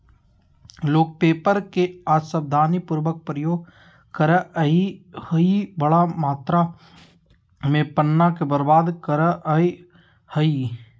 लोग पेपर के असावधानी पूर्वक प्रयोग करअ हई, बड़ा मात्रा में पन्ना के बर्बाद करअ हई